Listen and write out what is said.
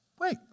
wait